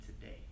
today